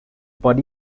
body